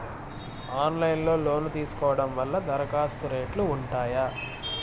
Online లో loan తీసుకోవడం వల్ల దరఖాస్తు రేట్లు ఉంటాయా?